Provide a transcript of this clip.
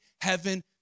heaven